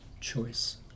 choice